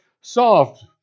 soft